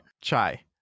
chai